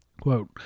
Quote